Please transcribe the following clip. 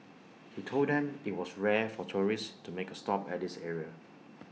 he told them IT was rare for tourists to make A stop at this area